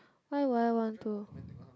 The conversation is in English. why would I want to